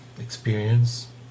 experience